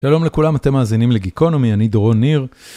שלום לכולם אתם מאזינים לגיקונומי אני דורון ניר.